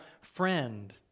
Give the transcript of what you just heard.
friend